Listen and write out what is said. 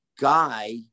guy